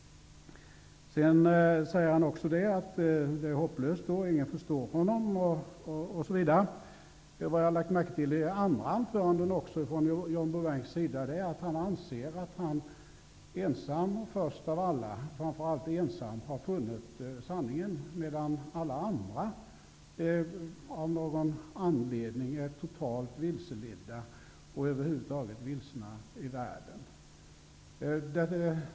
John Bouvin säger vidare att det är hopplöst och att ingen förstår honom. Även i andra anföranden av John Bouvin har jag lagt märkte till att han anser att han framför allt ensam, och också först av alla, funnit sanningen, medan alla andra av någon anledning är totalt vilseledda och över huvud taget vilsna i världen.